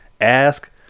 Ask